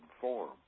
form